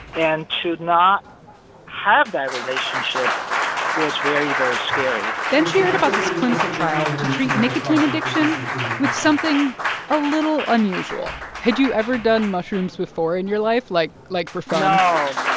and to not have that relationship was very, very scary then she heard about this clinical trial to treat nicotine addiction with something a little unusual had you ever done mushrooms before in your life, like like for fun? no.